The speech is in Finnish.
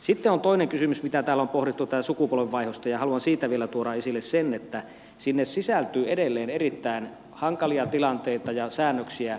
sitten on toinen kysymys mitä täällä on pohdittu tämä sukupolvenvaihdos ja haluan siitä vielä tuoda esille sen että sinne sisältyy edelleen erittäin hankalia tilanteita ja säännöksiä